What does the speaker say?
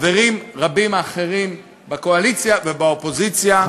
חברים רבים אחרים בקואליציה ובאופוזיציה,